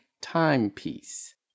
timepiece